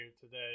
today